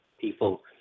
people